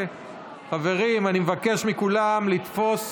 חברים, אני מבקש מכולם לתפוס